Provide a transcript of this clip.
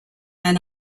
and